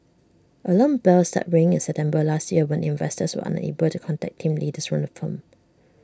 alarm bells started ringing in September last year when investors were unable to contact team leaders from the firm